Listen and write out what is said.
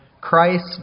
Christ